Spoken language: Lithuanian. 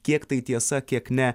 kiek tai tiesa kiek ne